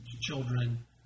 children